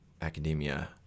academia